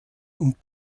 und